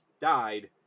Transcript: died